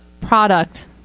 product